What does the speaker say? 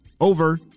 over